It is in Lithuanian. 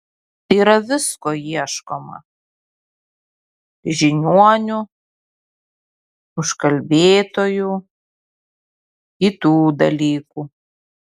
yra visko ieškoma žiniuonių užkalbėtojų kitų dalykų